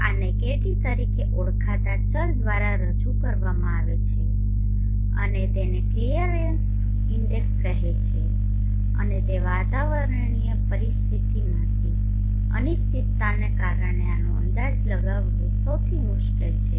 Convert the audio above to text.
આને KT તરીકે ઓળખાતા ચલ દ્વારા રજૂ કરવામાં આવે છે અને તેને ક્લિયરનેસ ઇન્ડેક્સ કહેવામાં આવે છે અને તે વાતાવરણીય પરિસ્થિતિઓમાંની અનિશ્ચિતતાને કારણે આનો અંદાજ લગાવવાનું સૌથી મુશ્કેલ છે